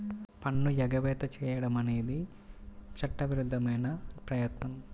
పన్ను ఎగవేత చేయడం అనేది చట్టవిరుద్ధమైన ప్రయత్నం